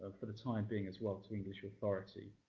for the time being, as well to english authority.